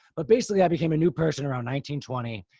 but basically i became a new person around nineteen, twenty,